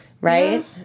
right